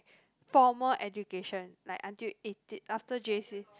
formal education like until eighteen after J_C